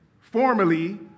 formerly